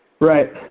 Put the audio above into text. Right